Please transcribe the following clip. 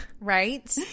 Right